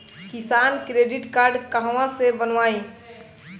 किसान credit card कहवा से बनवाई?